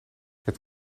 het